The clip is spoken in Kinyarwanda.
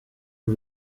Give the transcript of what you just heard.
uru